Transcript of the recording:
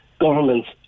governments